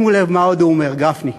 שימו לב מה עוד הוא אומר, גפני: